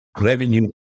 revenue